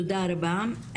תודה רבה.